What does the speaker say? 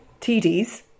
TDs